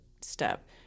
step